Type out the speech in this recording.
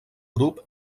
grup